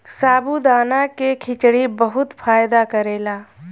साबूदाना के खिचड़ी बहुते फायदा करेला